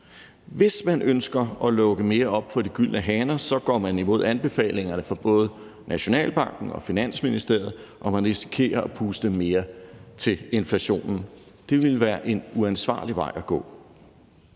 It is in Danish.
Hvis man ønsker at lukke mere op for de gyldne haner, går man imod anbefalingerne fra både Nationalbanken og Finansministeriet, og man risikerer at puste mere til inflationen. Det ville være en uansvarlig vej at gå.